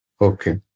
Okay